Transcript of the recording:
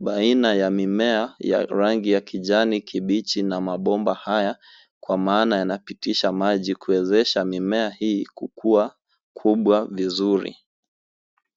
baina ya mimea ya rangi kijani kibichi na mabomba haya kwa maana yanapitisha maji kuwezesha mimea hii kwa kuwa kubwa vizuri.